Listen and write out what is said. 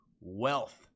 wealth